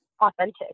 authentic